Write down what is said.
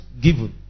Given